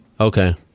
Okay